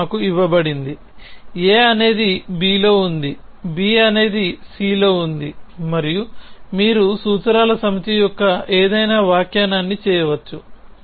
ఇది మాకు ఇవ్వబడింది a అనేధి b లో ఉంది b అనేధి c లో ఉంది మరియు మీరు సూత్రాల సమితి యొక్క ఏదైనా వ్యాఖ్యానాన్ని చేయవచ్చు